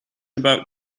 about